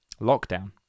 lockdown